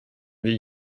wir